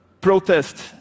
protest